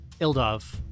Ildov